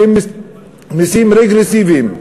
שהם מסים רגרסיביים.